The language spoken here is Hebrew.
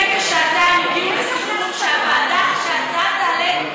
כשעתיים הגיעו לסיכום שההצעה תעלה,